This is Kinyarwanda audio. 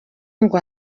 ngo